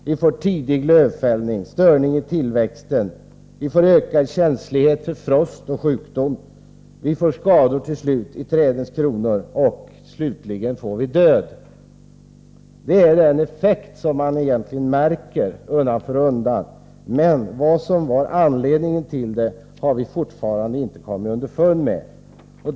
Vi får tidig lövfällning, störningar i tillväxten, ökad känslighet för frost och sjukdom, skador i trädens kronor och slutligen död. Det är dessa effekter man märker undan för undan, men vad som var anledningen till detta har vi fortfarande inte kommit underfund med.